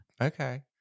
Okay